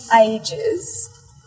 ages